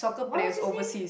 what was his name